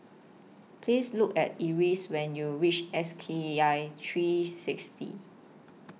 Please Look At Eris when YOU REACH S K I three six D